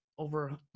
over